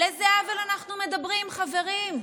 על איזה עוול אנחנו מדברים, חברים?